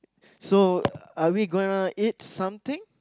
so are we gonna eat something